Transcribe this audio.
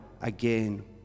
again